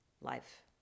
life